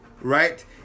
Right